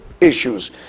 issues